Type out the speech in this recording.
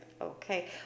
okay